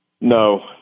no